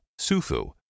SUFU